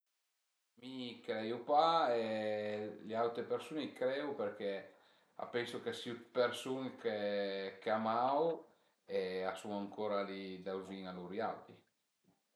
Mi i creiu pa e i autre persun-e i creu perché a pensu ch'a siu 'd persun-e ch'amau e a sun ancura li dauzign a lur autri